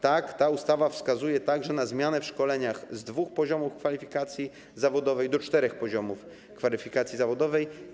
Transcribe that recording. Tak, ta ustawa wskazuje także na zmianę w szkoleniach z dwóch poziomów kwalifikacji zawodowej do czterech poziomów kwalifikacji zawodowej.